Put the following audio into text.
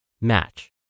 Match